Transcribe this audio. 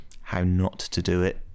how-not-to-do-it